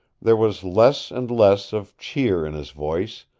there was less and less of cheer in his voice,